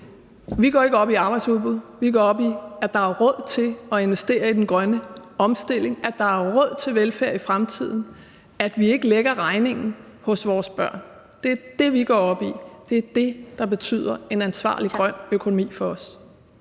Vi går ikke op i arbejdsudbud. Vi går op i, at der er råd til at investere i den grønne omstilling, at der er råd til velfærd i fremtiden, at vi ikke lægger regningen hos vores børn. Det er det, vi går op i; det er det, en ansvarlig grøn økonomi betyder